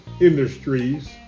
Industries